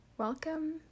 Welcome